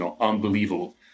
unbelievable